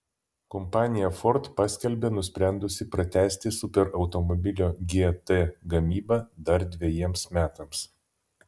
kompanija ford paskelbė nusprendusi pratęsti superautomobilio gt gamybą dar dvejiems metams